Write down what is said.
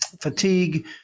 fatigue